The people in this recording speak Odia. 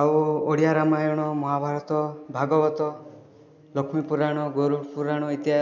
ଆଉ ଓଡ଼ିଆ ରାମାୟଣ ମହାଭାରତ ଭାଗବତ ଲକ୍ଷ୍ମୀପୁରାଣ ଗରୁଡ଼ପୁରାଣ ଇତ୍ୟା